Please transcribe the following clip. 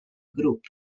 grup